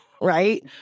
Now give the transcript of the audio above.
right